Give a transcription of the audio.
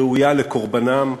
ראויה לקורבנם,